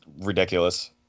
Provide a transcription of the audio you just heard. ridiculous